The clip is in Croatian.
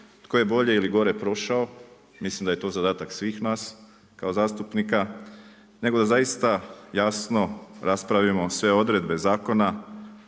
tko je bolje ili gore prošao, mislim da je to zadatak svih nas kao zastupnika nego da zaista jasno raspravimo sve odredbe zakona